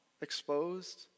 exposed